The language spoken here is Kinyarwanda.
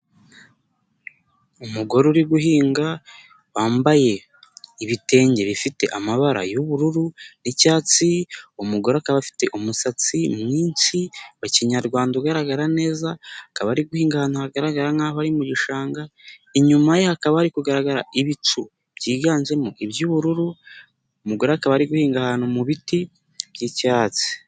Umugore uri guhinga, wambaye ibitenge bifite amabara y'ubururu n'icyatsi, umugore akaba afite umusatsi mwinshi wa kinyarwanda ugaragara neza, akaba ari guhinga ahantu hagaragara nk' aho ari mu gishanga, inyuma ye hakaba hari kugaragara ibicu byiganjemo iby'ubururu, umugore akaba ari guhinga ahantu mu biti by'icyatsi.